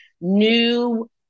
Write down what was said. new